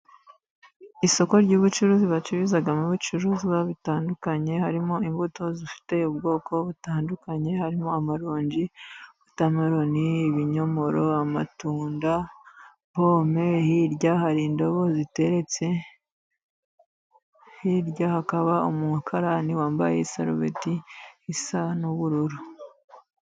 Isoko ry'ubucuruzi bacururizamo ibicuruzwa bitandukanye, harimo imbuto zifite ubwoko butandukanye, harimo amaronji, wotameloni, ibinyomoro, amatunda, pome, hirya hari indobo ziteretse, hirya hakaba umukarani wambaye isarubeti isa n'ubururu.